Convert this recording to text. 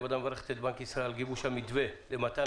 הוועדה מברכת את בנק ישראל על גיבוש המתווה למתן